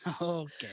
Okay